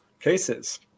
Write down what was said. cases